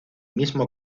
mismo